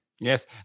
Yes